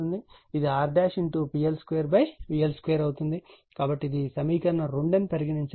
కాబట్టి ఇది సమీకరణం 2 అని పరిగణించండి